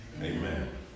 Amen